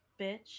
bitch